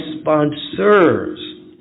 sponsors